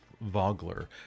Vogler